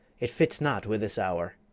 it fits not with this hour.